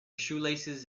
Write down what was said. shoelaces